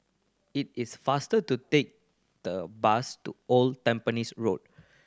it is faster to take the bus to Old Tampines Road